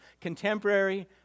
contemporary